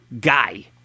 guy